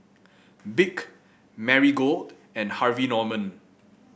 BIC Marigold and Harvey Norman